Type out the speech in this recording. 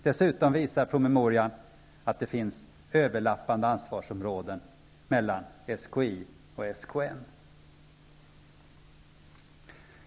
Dessutom visar promemorian att det finns överlappande ansvarsområden mellan SKI och SKN.